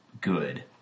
good